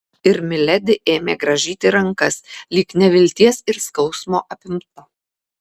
ir miledi ėmė grąžyti rankas lyg nevilties ir skausmo apimta